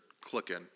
clicking